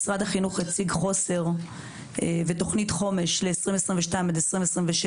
משרד החינוך הציג חוסר ותוכנית חומש ל-2022 2026,